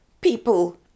People